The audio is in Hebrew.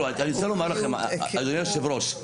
אדוני היושב-ראש,